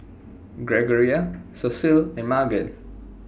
Gregoria Cecile and Magan